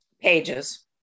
pages